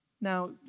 Now